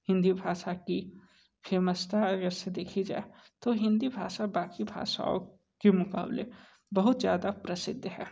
हिंदी भाषा की फेमस्ता अगरचे देखी जाए तो हिंदी भाषा बाकी भाषाओं के मुक़ाबले बहुत ज़्यादा प्रसिद्ध है